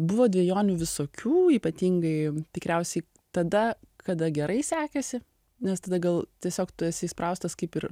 buvo dvejonių visokių ypatingai tikriausiai tada kada gerai sekėsi nes tada gal tiesiog tu esi įspraustas kaip ir